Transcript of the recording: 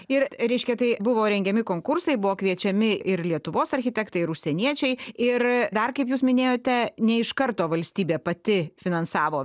ir reiškia tai buvo rengiami konkursai buvo kviečiami ir lietuvos architektai ir užsieniečiai ir dar kaip jūs minėjote ne iš karto valstybė pati finansavo